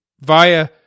via